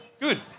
good